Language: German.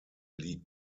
liegt